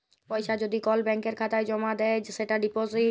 পয়সা যদি কল ব্যাংকের খাতায় জ্যমা দেয় সেটা ডিপজিট